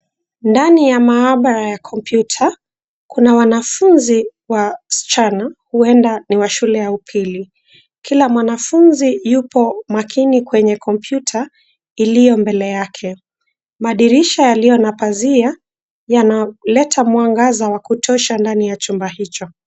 Ndani ya mahabara ya kompyuta, kuna wanafunzi wasichana huenda ni wa shule ya upili. Kila mwanafunzi yupo makini kwenye kompyuta iliyo mbele yake. Madirisha yaliyo na pazia, yanaleta mwangaza wa kutosha ndani ya chumba hicho.